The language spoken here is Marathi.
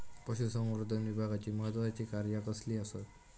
पशुसंवर्धन विभागाची महत्त्वाची कार्या कसली आसत?